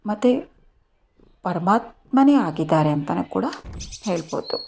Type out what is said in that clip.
ಮತ್ತೆ ಪರಮಾತ್ಮನೇ ಆಗಿದ್ದಾರೆ ಅಂತನೂ ಕೂಡ ಹೇಳ್ಬೋದು